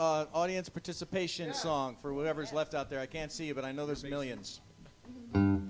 the audience participation song for whatever's left out there i can't see it but i know there's aliens